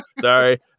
sorry